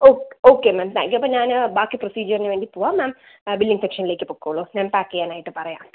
okay ma'am thank you അപ്പം ഞാൻ ബാക്കി പ്രൊസീജിയറിന് വേണ്ടി പോവാം മാം ആ ബില്ലിംഗ് സെക്ഷനിലേക്ക് പൊയ്ക്കോളു ഞാൻ പാക്ക് ചെയ്യാനായിട്ട് പറയാം